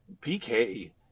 PK